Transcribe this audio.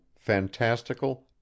FANTASTICAL